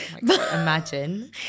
Imagine